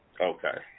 Okay